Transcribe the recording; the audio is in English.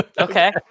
Okay